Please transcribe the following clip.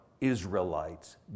Israelites